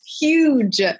huge